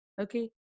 Okay